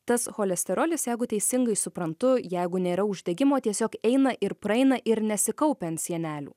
tas cholesterolis jeigu teisingai suprantu jeigu nėra uždegimo tiesiog eina ir praeina ir nesikaupia ant sienelių